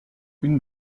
une